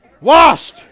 washed